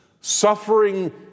suffering